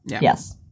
yes